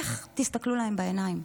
איך תסתכלו להם בעיניים?